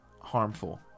harmful